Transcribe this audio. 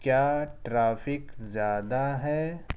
کیا ٹرافک زیادہ ہے